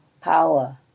power